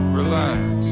relax